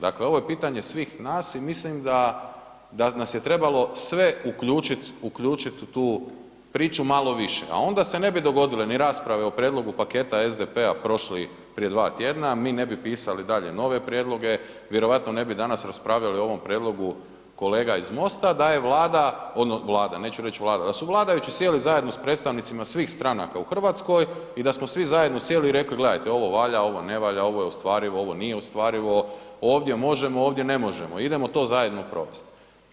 Dakle, ovo je pitanje svih nas i mislim da nas je trebalo sve uključit u tu priču malo više a onda se ne bi dogodile ni rasprave o prijedlogu paketa SDP-a prošli prije dva tjedna, mi ne bi pisali dalje nove prijedloge, vjerovatno ne bi danas raspravljali o ovom prijedlogu kolega iz MOST-a da je Vlada, neću reći Vlada, da su vladajući sjeli zajedno s predstavnicima svih stranaka u Hrvatskoj i da smo svi zajedno sjeli i rekli gledajte, ovo valja, ovo ne valja, ovo je ostvarivo, ovo nije ostvarivo, ovdje možemo, ovdje ne možemo, idemo to zajedno provesti.